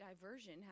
diversion